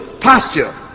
posture